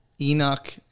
Enoch